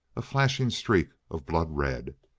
a flashing streak of blood red.